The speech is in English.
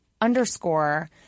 underscore